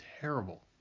terrible